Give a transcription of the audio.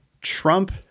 Trump